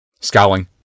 Scowling